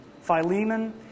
Philemon